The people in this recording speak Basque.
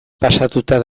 pasatuta